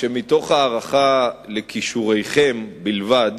אני רק אמרתי, שמתוך הערכה לכישוריכם בלבד,